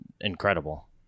incredible